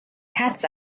cats